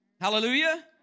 Hallelujah